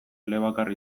elebakar